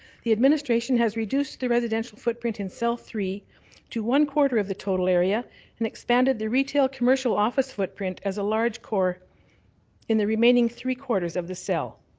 the administration has reduced the residential footprint in cell three to one-quarter of the total area and expanded the retail commercial office footprint as a large core in the remaining three-quarters of the cell.